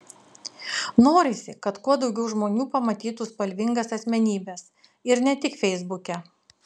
norisi kad kuo daugiau žmonių pamatytų spalvingas asmenybes ir ne tik feisbuke